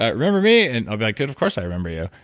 ah remember me? and i'll be like, dude, of course, i remember you.